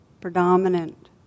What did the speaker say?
predominant